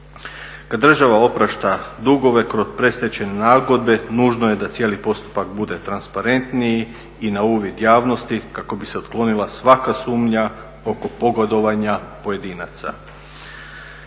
Kada država oprašta dugove kroz predstečajne nagodbe nužno je da cijeli postupak bude transparentniji i na uvid javnosti kako bi se otklonila svaka sumnja oko pogodovanja pojedinaca.